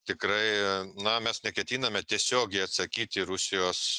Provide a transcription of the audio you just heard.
tikrai na mes neketiname tiesiogiai atsakyt į rusijos